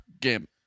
game